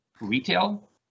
retail